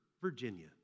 Virginia